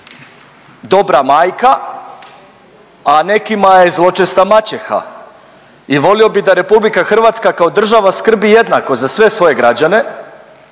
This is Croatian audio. dobra majka, a nekima je i zločesta maćeha i volio bih da RH kao država skrbi jednako za sve svoje građane